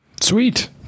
Sweet